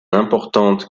importante